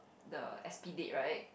the S_P date right